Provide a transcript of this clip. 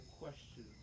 question